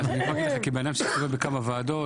כבן אדם שמסתובב בכמה ועדות,